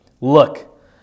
look